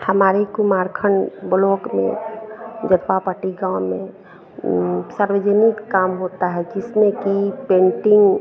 हमारे कुमारखंड बलोक में जेपापट्टी गाँव में सार्वजिनिक काम होता है जिसमें कि पेंटिंग